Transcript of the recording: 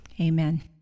amen